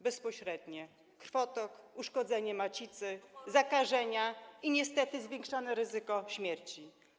Bezpośrednie: krwotok, uszkodzenie macicy, zakażenia i niestety zwiększone ryzyko śmierci.